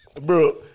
bro